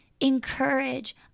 encourage